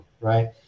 Right